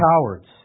cowards